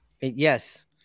Yes